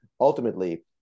ultimately